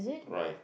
rye